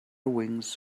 wings